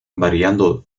variando